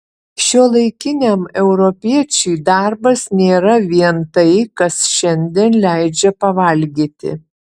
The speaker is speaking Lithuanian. šiuolaikiniam europiečiui darbas nėra vien tai kas šiandien leidžia pavalgyti